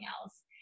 else